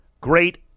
Great